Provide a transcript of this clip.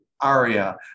Aria